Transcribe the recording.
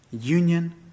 union